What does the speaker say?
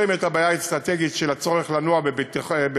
את הבעיה האסטרטגית של הצורך לנוע בביטחון,